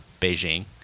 Beijing